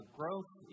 growth